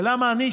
למה לי,